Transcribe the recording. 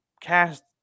cast